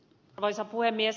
arvoisa puhemies